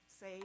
say